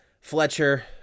Fletcher